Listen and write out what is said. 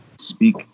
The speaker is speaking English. Speak